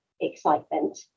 excitement